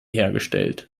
hergestellt